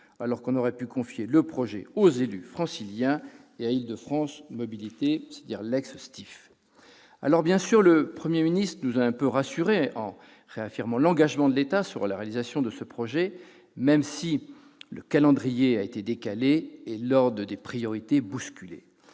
mieux valu confier le projet aux élus franciliens et à Île-de-France Mobilités, c'est-à-dire à l'ex-STIF. Bien sûr, le Premier ministre nous a un peu rassurés en réaffirmant l'engagement de l'État sur la réalisation de ce projet, même si le calendrier a été décalé et l'ordre des priorités bousculé